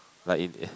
like in